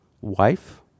Wife